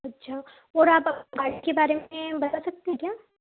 अच्छा और आप बाइक के बारे में बता सकते हैं क्या